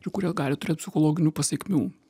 ir kurie gali turėt psichologinių pasekmių